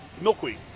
milkweed